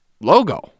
logo